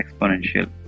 exponential